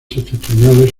septentrionales